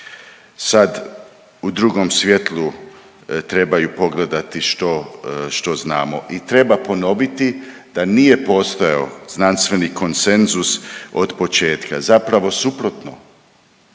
sad u drugom svjetlu trebaju pogledati što, što znamo i treba ponoviti da nije postojao znanstveni konsenzus od početka. Zapravo suprotno.